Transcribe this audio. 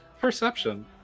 perception